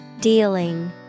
Dealing